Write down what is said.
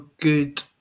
good